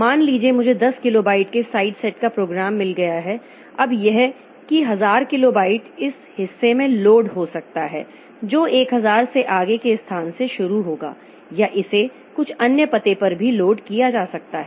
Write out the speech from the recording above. मान लीजिए मुझे 10 किलोबाइट के साइड सेट का प्रोग्राम मिल गया है अब यह कि 1000 किलोबाइट इस हिस्से में लोड हो सकता है जो 1000 से आगे के स्थान से शुरू होगा या इसे कुछ अन्य पते पर भी लोड किया जा सकता है